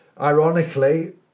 ironically